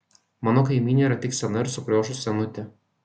mano kaimynė yra tik sena ir sukriošus senutė